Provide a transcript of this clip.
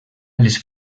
les